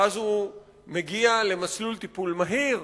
ואז הוא מגיע למסלול טיפול מהיר,